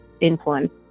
influence